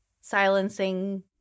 silencing